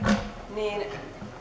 niin